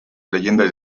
leyendas